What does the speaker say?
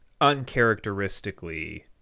uncharacteristically